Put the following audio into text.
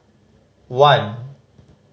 one